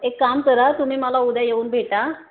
एक काम करा तुम्ही मला उद्या येऊन भेटा